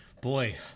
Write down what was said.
Boy